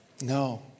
No